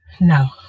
No